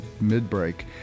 mid-break